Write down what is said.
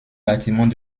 bâtiment